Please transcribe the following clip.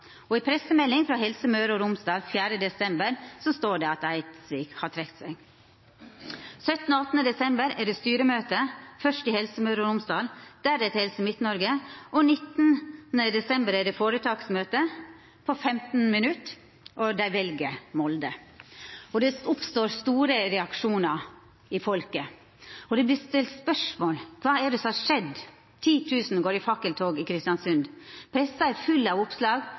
av. I pressemelding frå Helse Møre og Romsdal 4. desember står det at Eidsvik har trekt seg. Den 17. og 18. desember er det styremøte, fyrst i Helse Møre og Romsdal, deretter i Helse Midt-Noreg. Den 19. desember er det føretaksmøte på 15 minutt, og dei vel Molde. Det oppstår sterke reaksjonar frå folk, og det vert stilt spørsmål om kva som har skjedd. 10 000 går i fakkeltog i Kristiansund. Pressa er full av oppslag,